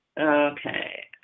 Okay